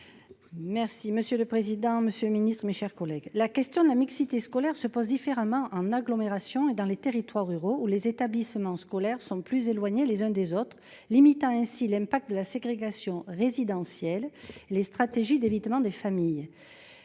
Merci monsieur le président, Monsieur le Ministre, mes chers collègues, la question de la mixité scolaire se pose différemment en agglomération et dans les territoires ruraux où les établissements scolaires sont plus éloignés les uns des autres, limitant ainsi l'impact de la ségrégation résidentielle les stratégies d'évitement des familles,